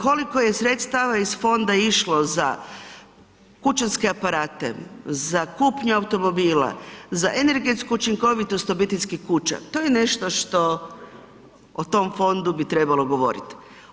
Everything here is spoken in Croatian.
Koliko je sredstava iz fonda išlo za kućanske aparate, za kupnju automobila, za energetsku učinkovitost obiteljskih kuća, to je što što o tom fondu bi trebalo govoriti.